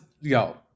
yo